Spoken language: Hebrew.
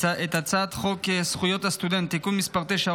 את הצעת חוק זכויות הסטודנט (תיקון מס' 9,